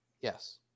Yes